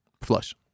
flush